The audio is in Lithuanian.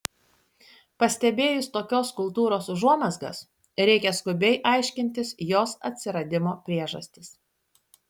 pastebėjus tokios kultūros užuomazgas reikia skubiai aiškintis jos atsiradimo priežastis